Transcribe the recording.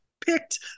picked